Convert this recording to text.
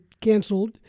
canceled